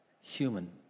human